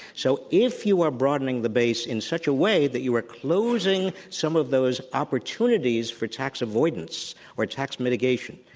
so, if you are broadening the base in such a way that you are closing some of those opportunities for tax avoidance or tax mitigation,